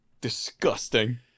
Disgusting